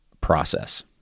process